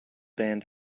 band